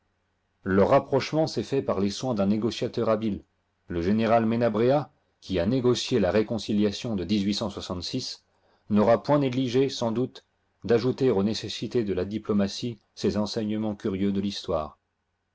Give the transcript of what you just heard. leur rapprochement s'est fait par les soins d'un négociateur habile le général menabrea qui a négocié la réconciliation de n'aura point négligé sans doute d'ajouter aux nécessités de la diplomatie ces enseignements curieux de l'histoire